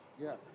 Yes